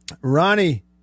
Ronnie